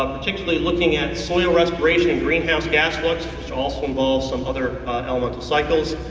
ah particularly looking at soil respiration, and green house gas fluxes, which also involves some other elemental cycles.